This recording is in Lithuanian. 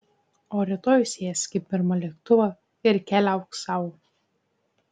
o rytoj sėsk į pirmą lėktuvą ir keliauk sau